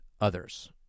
others